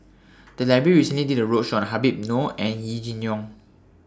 The Library recently did A roadshow on Habib Noh and Yee Jenn Jong